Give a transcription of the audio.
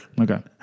Okay